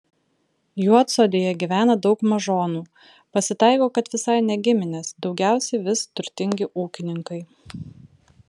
juodsodėje gyvena daug mažonų pasitaiko kad visai ne giminės daugiausiai vis turtingi ūkininkai